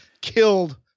killed